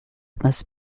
must